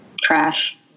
trash